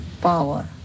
power